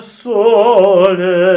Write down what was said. sole